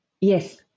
yes